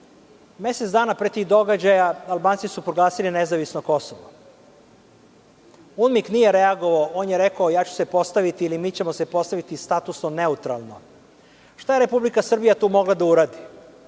Mesec dana pre tih događaja Albanci su proglasili nezavisno Kosovo. UNMIK nije reagovao. On je rekao – ja ću se postaviti ili mi ćemo se postaviti statusno neutralno. Šta je Republika Srbija mogla tu da uradi?